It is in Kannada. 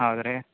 ಹೌದು ರೀ